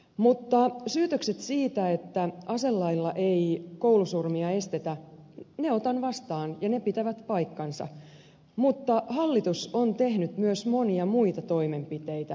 mutta syytökset siitä että aselailla ei koulusurmia estetä otan vastaan ja ne pitävät paikkansa mutta hallitus on tehnyt myös monia muita toimenpiteitä